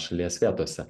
šalies vietose